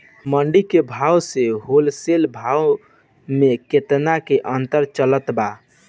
मंडी के भाव से होलसेल भाव मे केतना के अंतर चलत बा?